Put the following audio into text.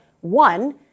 one